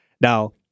Now